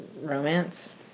romance